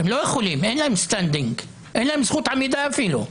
הם לא יכולים, אין להם זכות עמידה אפילו.